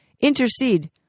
intercede